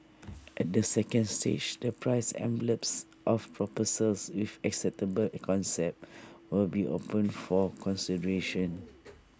at the second stage the price envelopes of proposals with acceptable concepts will be opened for consideration